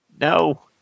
No